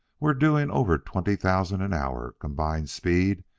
we're doing over twenty thousand an hour combined speed,